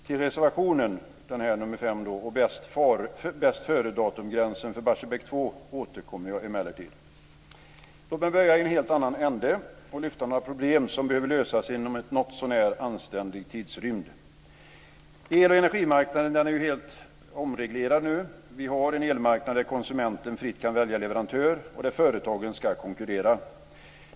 Jag återkommer emellertid till reservation nr 5 Låt mig börja i en helt annan ända och lyfta fram några problem som behöver lösas inom en något så när anständig tidsrymd! El och energimarknaden är ju helt omreglerad nu. Vi har en elmarknad där konsumenten fritt kan välja leverantör och där företagen ska konkurrera.